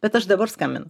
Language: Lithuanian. bet aš dabar skambinu